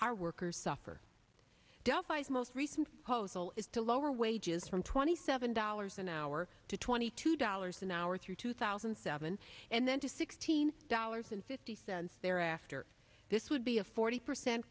our workers suffer delphi's most recent hosel is to lower wages from twenty seven dollars an hour to twenty two dollars an hour through two thousand and seven and then to sixteen dollars and fifty cents thereafter this would be a forty percent